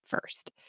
first